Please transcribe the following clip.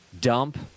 dump